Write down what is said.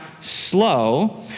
slow